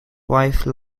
wife